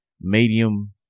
medium